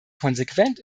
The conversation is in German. konsequent